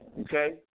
Okay